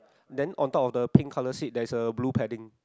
then on top of the pink colour seat there's a blue padding